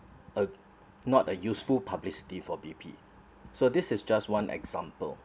uh not a useful publicity for B_P so this is just one example